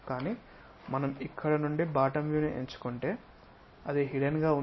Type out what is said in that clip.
కానీ మనం ఇక్కడ నుండి బాటమ్ వ్యూను ఎంచుకుంటే ఇది హిడెన్ గా ఉంది